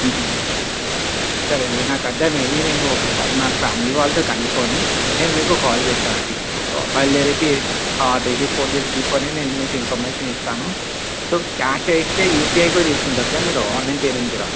సరే అండీ నాకు అర్దమయ్యింది నేనూ ఒకసారి మా ఫ్యామిలీ వాళ్ళతో కనుక్కోని నేను మీకు కాల్ చేస్తానండి సో బయలుదేరాక డైలీ ఫోర్ డేస్ బిఫోరే మీకు ఇన్ఫర్మేషన్ ఇస్తాను సో క్యాష్ అయితే యూపీఐ కూడా తీసుకుంటారుగా మీరు ఆన్లైన్ పేమెంట్ కూడా